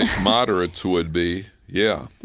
moderates would be, yeah.